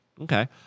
Okay